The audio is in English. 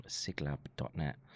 siglab.net